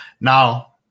Now